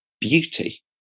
beauty